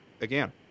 again